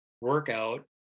workout